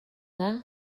dda